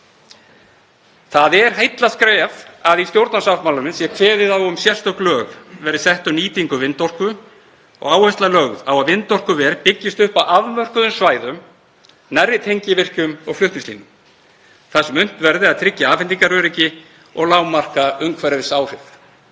Það er heillaskref að í stjórnarsáttmálanum sé kveðið á um að sérstök lög verði sett um nýtingu vindorku og áhersla lögð á að vindorkuver byggist upp á afmörkuðum svæðum nærri tengivirkjum og flutningslínum, þar sem unnt verður að tryggja afhendingaröryggi og lágmarka umhverfisáhrif.